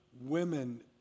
women